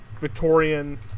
Victorian